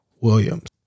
williams